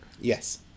Yes